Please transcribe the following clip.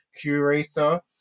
curator